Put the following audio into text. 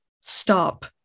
Stop